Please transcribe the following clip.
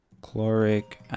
Chloric